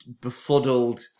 befuddled